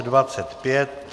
25.